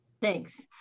Thanks